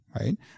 right